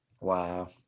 Wow